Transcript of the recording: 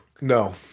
No